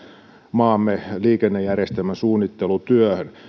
maamme liikennejärjestelmäsuunnittelutyöhön